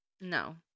no